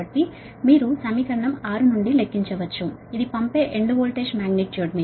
కాబట్టి మీరు సమీకరణం 6 నుండి లెక్కించవచ్చు ఇది మీ పంపే ఎండ్ వోల్టేజ్ మాగ్నిట్యూడ్